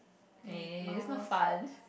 eh that's not fun